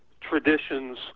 traditions